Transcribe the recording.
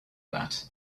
that